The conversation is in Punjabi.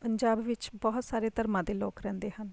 ਪੰਜਾਬ ਵਿੱਚ ਬਹੁਤ ਸਾਰੇ ਧਰਮਾਂ ਦੇ ਲੋਕ ਰਹਿੰਦੇ ਹਨ